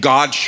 God